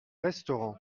restaurant